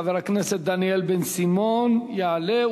חבר הכנסת דניאל בן-סימון יעלה,